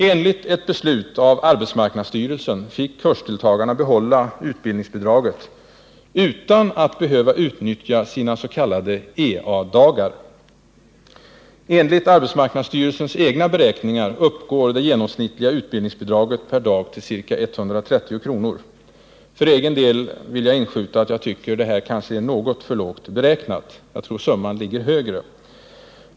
Enligt ett beslut av arbetsmarknadsstyrelsen fick kursdeltagarna behålla utbildningsbidraget utan att behöva utnyttja sina s.k. eadagar. liga utbildningsbidraget per dag till ca 130 kr. Jag vill inskjuta att jag för egen del tycker att detta verkar något för lågt räknat. Jag tror att summan ligger högre.